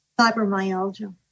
fibromyalgia